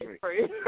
free